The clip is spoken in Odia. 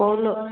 କୋଉ ଲୋନ୍